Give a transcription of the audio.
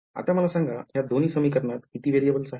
आता मला सांगा ह्या दोन्ही समीकरणात किती variables आहेत